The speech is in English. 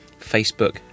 Facebook